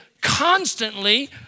constantly